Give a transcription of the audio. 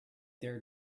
their